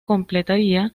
completaría